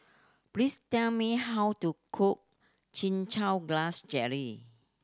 please tell me how to cook Chin Chow Grass Jelly